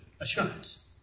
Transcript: assurance